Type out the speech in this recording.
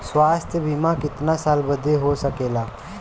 स्वास्थ्य बीमा कितना साल बदे हो सकेला?